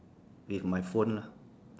with my phone lah